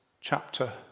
chapter